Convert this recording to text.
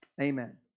amen